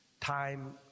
time